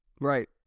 Right